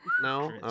No